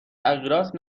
تغییرات